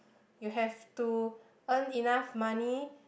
you have to earn enough money